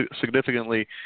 significantly